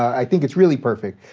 i think it's really perfect,